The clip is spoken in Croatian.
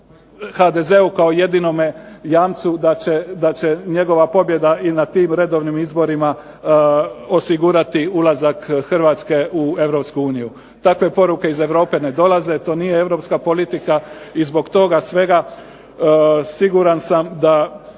HDZ-u kao jedinome jamcu da će njegova pobjeda i na tim redovnim izborima osigurati ulazak Hrvatske u Europsku uniju. Takve poruke iz Europe ne dolaze, to nije europska politika i zbog toga svega siguran sam da